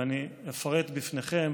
ואני אפרט בפניכם